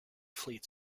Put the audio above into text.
fleet